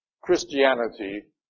Christianity